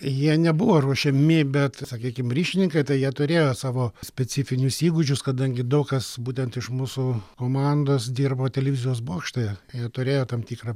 jie nebuvo ruošiami bet sakykim ryšininkai tai jie turėjo savo specifinius įgūdžius kadangi daug kas būtent iš mūsų komandos dirbo televizijos bokšte jie turėjo tam tikrą